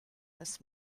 this